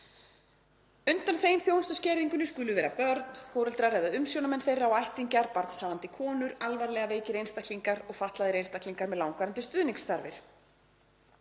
Undanþegin þjónustuskerðingunni skulu vera börn, foreldrar eða umsjónarmenn þeirra og ættingjar, barnshafandi konur, alvarlega veikir einstaklingar og fatlaðir einstaklingar með langvarandi stuðningsþarfir.